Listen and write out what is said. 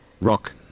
Rock